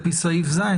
על פי סעיף (ז),